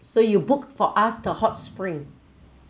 so you book for us the hot spring